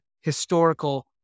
historical